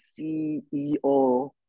CEO